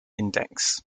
index